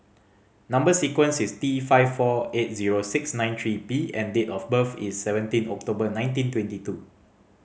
number sequence is T five four eight zero six nine three P and date of birth is seventeen October nineteen twenty two